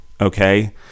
okay